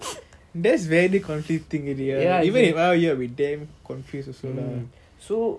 that is very conflicting already ya even if I were you I would be damn confused also lah